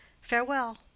farewell